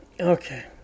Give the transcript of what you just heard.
Okay